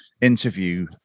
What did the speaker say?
interview